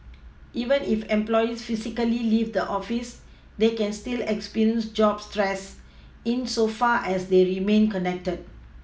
even if employees physically leave the office they can still experience job stress insofar as they remain connected